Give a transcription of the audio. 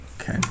Okay